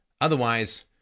Otherwise